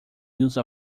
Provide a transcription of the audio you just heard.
use